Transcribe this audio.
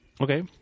Okay